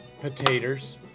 potatoes